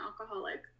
alcoholic